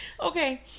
Okay